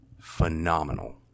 phenomenal